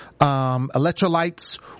Electrolytes